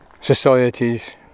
societies